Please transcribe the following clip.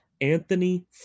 Anthony